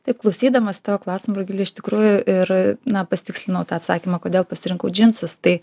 taip klausydamas tavo klausimo rugile iš tikrųjų ir na pasitikslinau tą atsakymą kodėl pasirinkau džinsus tai